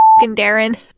Darren